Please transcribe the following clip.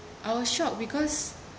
I was shocked because